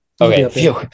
Okay